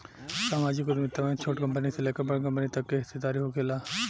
सामाजिक उद्यमिता में छोट कंपनी से लेकर बड़ कंपनी तक के हिस्सादारी होखेला